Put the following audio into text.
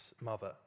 mother